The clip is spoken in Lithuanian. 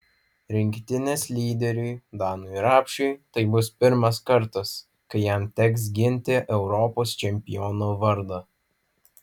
rinktinės lyderiui danui rapšiui tai bus pirmas kartas kai jam teks ginti europos čempiono vardą